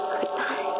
Goodbye